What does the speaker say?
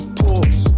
talks